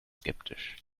skeptisch